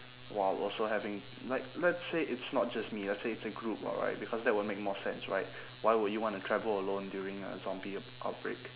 while also having like let's say it's not just me let's say it's a group alright because that will make more sense right why would you want to travel alone during a zombie ap~ outbreak